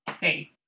hey